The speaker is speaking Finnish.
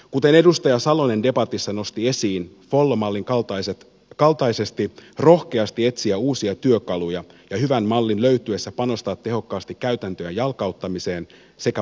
kuten edustaja salonen debatissa nosti esiin tulisi follo mallin kaltaisesti rohkeasti etsiä uusia työkaluja ja hyvän mallin löytyessä panostaa tehokkaasti käytäntöjen jalkauttamiseen sekä valtakunnallistamiseen